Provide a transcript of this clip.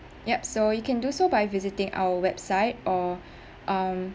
yup so you can do so by visiting our website or um